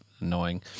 Annoying